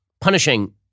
punishing